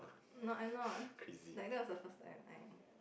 no I'm not like that was the first time I